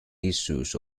issues